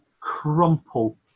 crumple